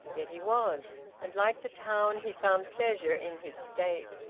yet he was and, like the town, he found pleasure in his state.